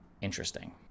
interesting